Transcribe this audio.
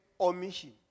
omission